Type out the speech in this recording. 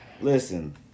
Listen